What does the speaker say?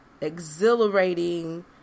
exhilarating